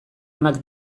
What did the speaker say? onak